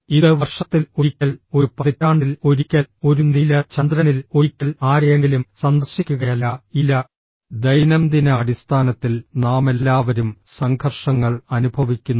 ഇത് വർഷത്തിൽ ഒരിക്കൽ ഒരു പതിറ്റാണ്ടിൽ ഒരിക്കൽ ഒരു നീല ചന്ദ്രനിൽ ഒരിക്കൽ ആരെയെങ്കിലും സന്ദർശിക്കുകയല്ല ഇല്ല ദൈനംദിന അടിസ്ഥാനത്തിൽ നാമെല്ലാവരും സംഘർഷങ്ങൾ അനുഭവിക്കുന്നു